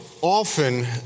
often